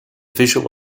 visual